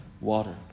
water